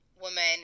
woman